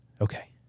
Okay